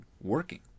working